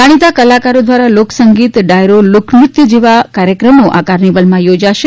જાણીતા કલાકારો દ્વારા લોકસંગીત ડાયરો લોકનૃત્ય વગેરે કાર્યક્રમો યોજાશે